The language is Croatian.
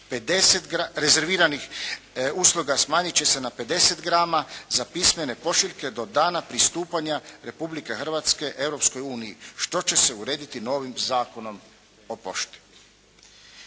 rezerviranih usluga smanjiti će se na 50 grama za pismene pošiljke do dana pristupanja Republike Hrvatske Europskoj uniji, što će se urediti novim zakonom o pošti.